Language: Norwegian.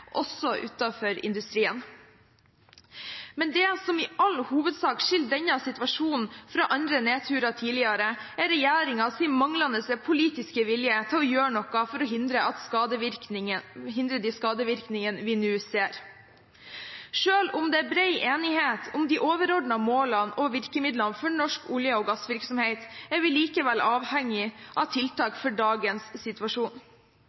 også utenfor industrien. Men det som i all hovedsak skiller denne situasjonen fra andre nedturer tidligere, er regjeringens manglende politiske vilje til å gjøre noe for å hindre de skadevirkningene vi nå ser. Selv om det er bred enighet om de overordnede målene og virkemidlene for norsk olje- og gassvirksomhet, er vi likevel avhengig av tiltak for dagens situasjon.